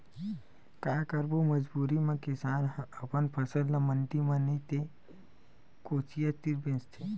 काये करबे मजबूरी म किसान ह अपन फसल ल मंडी म नइ ते कोचिया तीर बेचथे